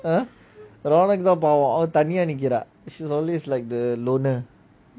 !huh! ronald தான் பாவம் அவ தனிய நிக்குற:dhan paavam ava thaniya nikura she is always like the loner